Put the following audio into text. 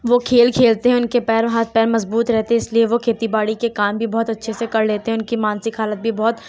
وہ کھیل کھیلتے ہیں ان کے پیر ہاتھ ہاتھ پیر مضبوط رہتے اس لیے وہ کھیتی باڑی کے کام بھی بہت اچھے سے کر لیتے ہیں ان کی مانسک حالت بھی بہت